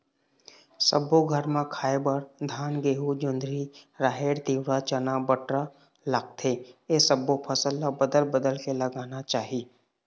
सब्बो घर म खाए बर धान, गहूँ, जोंधरी, राहेर, तिंवरा, चना, बटरा लागथे ए सब्बो फसल ल बदल बदल के लगाना चाही